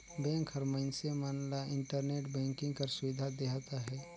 bank हर मइनसे मन ल इंटरनेट बैंकिंग कर सुबिधा देहत अहे